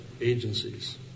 agencies